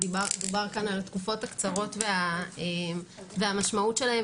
דובר כאן על התקופות הקצרות והמשמעות שלהן,